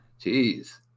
Jeez